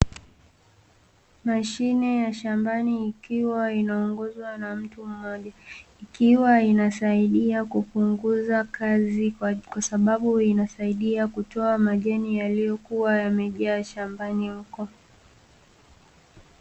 Mashine ya shambani ikiwa inaaongozwa na mtu mmoja, ikiwa inasaidia kupunguza kazi kwa sababu inasaidia kutoka majani yaliyokuwa yamejaa shambani huko.